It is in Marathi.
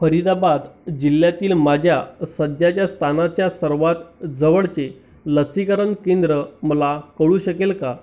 फरीदाबाद जिल्ह्यातील माझ्या सध्याच्या स्थानाच्या सर्वात जवळचे लसीकरण केंद्र मला कळू शकेल का